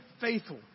faithful